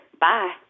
Bye